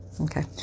Okay